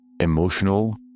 emotional